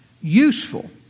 useful